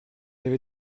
avez